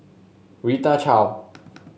Rita Chao